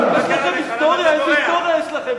איזו היסטוריה יש לכם?